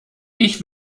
ich